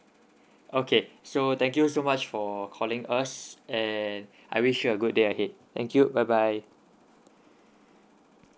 okay so thank you so much for calling us and I wish you a good day ahead thank you bye bye